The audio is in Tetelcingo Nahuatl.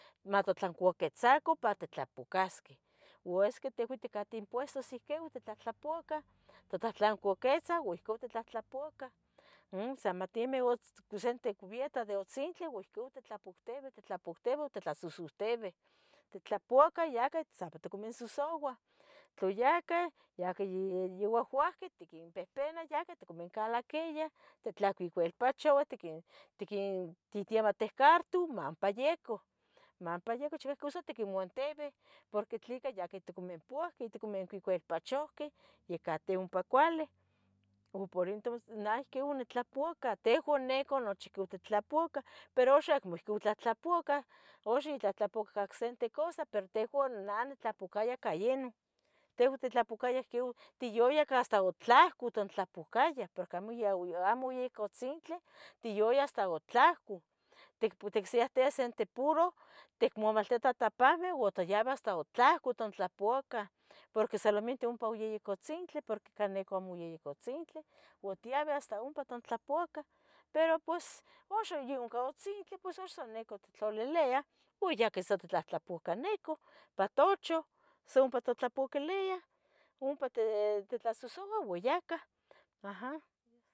matotlancuaquitzaca patitlpucasqueh ua esque tehua ticateh impuestos ihquin titlahtlapouacah itotlahtlancuaquitza ua icon titlapouacah umm, sa ma tiemi osente cubieta utzintli ua ohco titlapotebah, titlapotebah tlasosotebeh, titlapouaca ya cah sa ompa tiquimonsosouah tla yahcah, yaqueyyiyouahuaqueh tiquenpehpenah yaqueh tiquimoncalaquiah, titlacuicuilpachoah tiquín. tiquin tiematiu cartu manpa yiecu manpa yiecu, chiueh cosa tiquimanatibeh, tleca porque yah tiquinpouahqueh otiquincuicuilpachohqueh ya cateh ompa cuali, o por intus naihqui onitlapouacate nehco nochi nitlapouaca, pero uxa acmo ohcon tlahtlapouacah, uxa tlahtlapouaca ica ocsente cosa, pero tehua nah onitlapouacaya ica ino tehua otitlapouacayah ihquiu tiyoyah ica hasta utlahcu otontlapucaya porque amo oyaya, yeh amo yiehco utzintli, tiyuya hasta utlahcu, ticpu ticsiyatia sente tuporo ticmemeltiah tapahbe utoyabi hasta utlahcu tuntlapouaca, porque solamente ompa oyaya cutzintli, porque nica uyamo ehco utzintli, ua tiabe hasta ompa tontlpouacah, pero pos uxan yah ohca utzintli pos uxan sa nica ittlaliliah ua ya sa quettlahtlapouaca nica ipan tuucha, sa ompa totlapouacquiliah, ompa titlasosouah ua ya cah. Aha